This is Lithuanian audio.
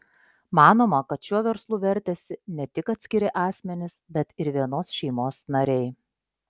manoma kad šiuo verslu vertėsi ne tik atskiri asmenys bet ir vienos šeimos nariai